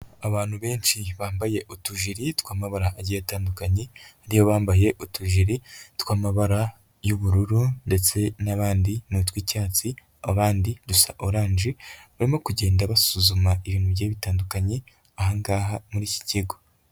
Abantu benshi bambaye utujiri twamabara agiye atandukanye, harimo bambaye utujiri twamabara y'ubururu ndetse n'abandi ni utw'icyatsi, abandi dusa oranje, barimo kugenda basuzuma ibintu byinshi bitandukanye ahangaha muri iki kigo.